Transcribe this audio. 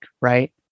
right